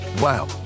Wow